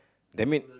that mean